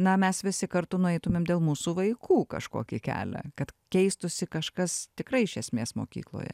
na mes visi kartu nueitumėm dėl mūsų vaikų kažkokį kelią kad keistųsi kažkas tikrai iš esmės mokykloje